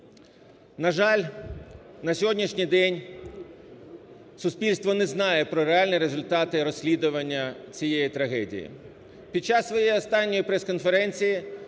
На жаль, на сьогоднішній день суспільство не знає про реальні результати розслідування цієї трагедії. Під час своєї останньої прес-конференції